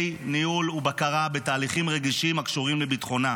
ניהול ובקרה בתהליכים רגישים הקשורים לביטחונה,